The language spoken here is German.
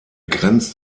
grenzt